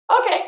Okay